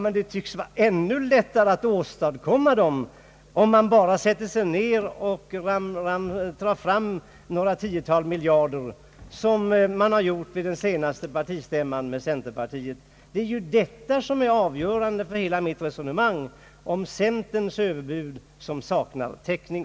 Men det tycks vara ännu lättare att åstadkomma överbud, om man bara sätter sig ned och drar fram några tiotal miljarder kronor som man har gjort vid centerpartiets senaste partistämma. Det är ju detta som är avgörande för hela mitt resonemang om centerns överbud som saknar täckning.